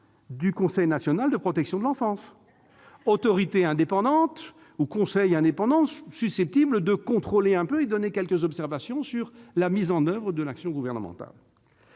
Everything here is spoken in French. du Conseil national de la protection de l'enfance. Exactement ! Ce conseil indépendant est susceptible de contrôler un peu et d'émettre quelques observations sur la mise en oeuvre de l'action gouvernementale.